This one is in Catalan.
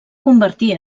convertir